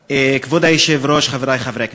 כבוד היושב-ראש, חברי חברי הכנסת,